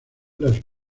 las